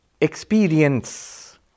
Experience